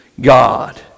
God